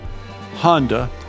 Honda